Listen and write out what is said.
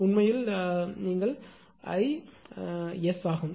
உண்மையில் நீங்கள் அழைப்பது 𝐼 மன்னிக்கவும் 𝐼𝑠 ஆகும்